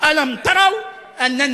/ כל אימת שתייצרו אש נכבה אותה / האם